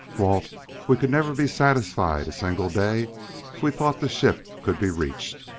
walt we could never be satisfied a single day if we thought the ship could be reached.